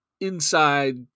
inside